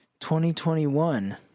2021